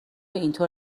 اینطور